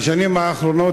בשנים האחרונות,